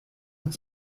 uns